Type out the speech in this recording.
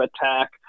attack